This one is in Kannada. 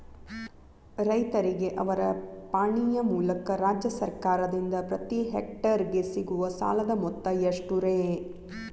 ರೈತರಿಗೆ ಅವರ ಪಾಣಿಯ ಮೂಲಕ ರಾಜ್ಯ ಸರ್ಕಾರದಿಂದ ಪ್ರತಿ ಹೆಕ್ಟರ್ ಗೆ ಸಿಗುವ ಸಾಲದ ಮೊತ್ತ ಎಷ್ಟು ರೇ?